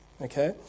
Okay